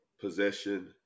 possession